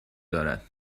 دارد